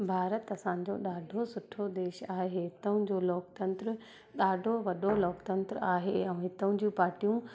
भारत असांजो ॾाढो सुठो देश आहे हितऊं जो लोकतंत्र ॾाढो वॾो लोकतंत्र आहे ऐं हितऊं जूं पाटियूं